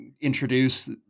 introduce